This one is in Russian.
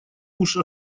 уже